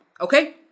Okay